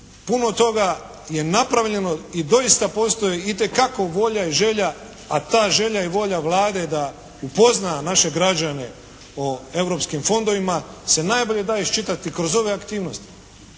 puno toga je napravljena i doista postoji itekako volja i želja a ta želja i volja Vlade da upozna naše građane o europskim fondovima se najbolje da iščitati kroz ove aktivnosti.